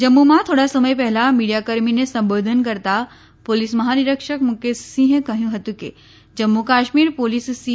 જમ્મુમાં થોડા સમય પહેલાં મીડીયા કર્મીને સંબોધન કરતાં પોલીસ મહાનિરક્ષક મુકેશ સિંહ કહ્યું હતુ કે જમ્મુ કાશ્મીર પોલીસ સી